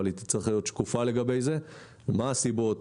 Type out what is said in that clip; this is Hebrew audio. אבל היא תצטרך להיות שקופה לגבי זה: מה הסיבות,